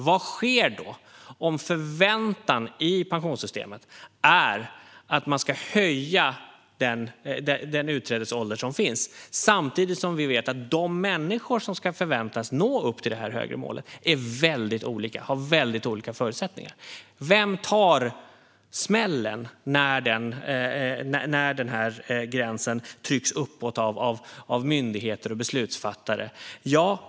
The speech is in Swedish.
Vad sker då om förväntan i pensionssystemet är att man ska höja den utträdesålder som finns samtidigt som vi vet att de människor som ska förväntas nå upp till det högre målet är väldigt olika och har väldigt olika förutsättningar? Vem tar smällen när gränsen trycks uppåt av myndigheter och beslutsfattare?